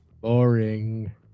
Boring